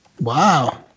Wow